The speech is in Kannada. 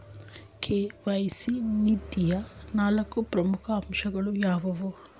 ಕೆ.ವೈ.ಸಿ ನೀತಿಯ ನಾಲ್ಕು ಪ್ರಮುಖ ಅಂಶಗಳು ಯಾವುವು?